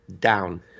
down